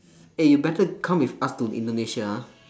eh you better come with us to indonesia ah